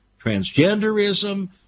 transgenderism